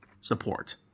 support